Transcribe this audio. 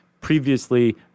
previously